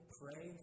pray